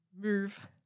move